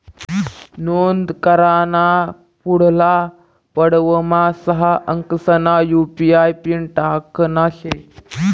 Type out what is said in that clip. नोंद कराना पुढला पडावमा सहा अंकसना यु.पी.आय पिन टाकना शे